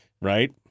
Right